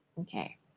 Okay